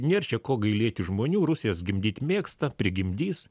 nėr čia ko gailėti žmonių rusės gimdyt mėgsta prigimdys